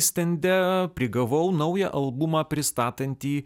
stende prigavau naują albumą pristatantį